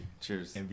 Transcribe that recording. Cheers